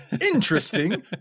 Interesting